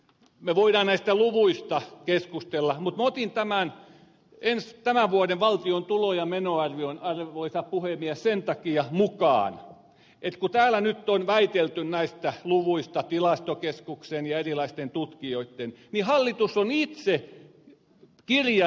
me voimme näistä luvuista keskustella mutta minä otin tämän vuoden valtion tulo ja menoarvion arvoisa puhemies sen takia mukaan että kun täällä nyt on väitelty näistä luvuista tilastokeskuksen ja erilaisten tutkijoitten niin hallitus on itse kirjannut tänne näin